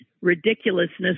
ridiculousness